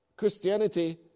Christianity